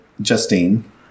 Justine